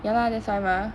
ya lah that's why mah